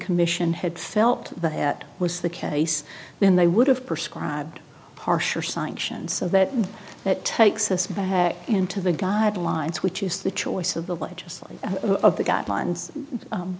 commission had felt that was the case then they would have perscribe harsher sanctions so that that takes us back into the guidelines which use the choice of the legislature of the guidelines